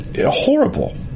horrible